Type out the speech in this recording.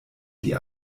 die